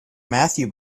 matthew